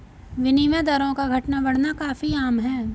विनिमय दरों का घटना बढ़ना काफी आम है